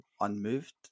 unmoved